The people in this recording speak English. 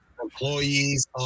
employees